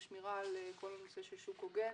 זה שמירה על שוק הוגן,